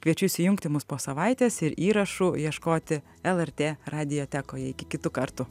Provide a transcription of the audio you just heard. kviečiu įsijungti mus po savaitės ir įrašų ieškoti lrt radijotekoje iki kitų kartų